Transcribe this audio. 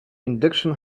induction